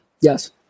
Yes